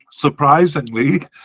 Surprisingly